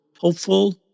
hopeful